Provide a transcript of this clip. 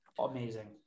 amazing